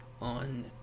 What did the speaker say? on